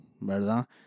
verdad